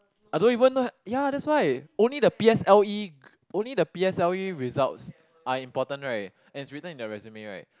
I don't even know ya that's why only the p_s_l_e only the p_s_l_e results are important right and it's written in the resume right